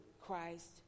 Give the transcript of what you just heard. christ